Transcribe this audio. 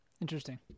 interesting